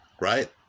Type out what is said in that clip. right